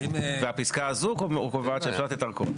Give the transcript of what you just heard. והפסקה הזו קובעת שאפשר לתת הארכות.